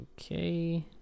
okay